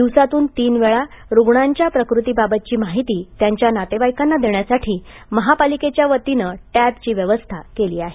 दिवसातून तीनवेळा रुग्णांच्या प्रकृतीबाबतची माहिती त्यांच्या नातेवाईकांना देण्यासाठी महापालिकेच्या वतीनं टॅबची व्यवस्था केली आहे